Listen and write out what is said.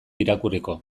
irakurriko